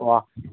ഒവ്വാ